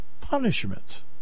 punishment